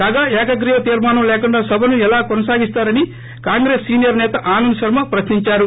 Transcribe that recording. కాగా ఏకగ్రీవ తీర్మానం లేకుండా సభను ఎలా కొనసాగిస్తారని కాంగ్రెస్ సీనియర్ సేత ఆనంద్ శర్మ ప్రశ్నించారు